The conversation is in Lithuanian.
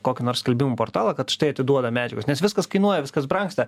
kokį nors skelbimų portalą kad štai atiduoda medžiagas nes viskas kainuoja viskas brangsta